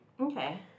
Okay